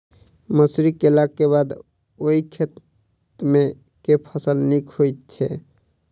मसूरी केलाक बाद ओई खेत मे केँ फसल नीक होइत छै?